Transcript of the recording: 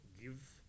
give